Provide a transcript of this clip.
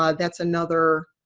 ah that's another